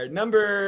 number